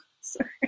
Sorry